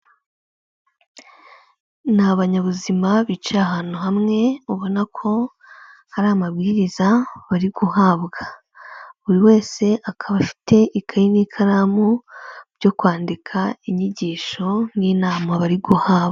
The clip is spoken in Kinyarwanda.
Ni abanyabuzima bicaye ahantu hamwe, ubona ko ari amabwiriza bari guhabwa, buri wese akaba afite ikayi n'ikaramu byo kwandika inyigisho n'inama bari guhabwa.